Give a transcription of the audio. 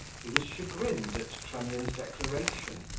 he was chagrined at trunnion's declaration,